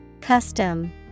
Custom